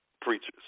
preachers